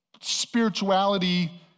spirituality